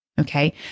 Okay